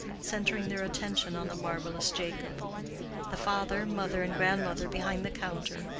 centering their attention on the marvelous jacob the father, mother, and grandmother behind the counter,